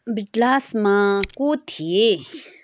बिटल्समा को थिए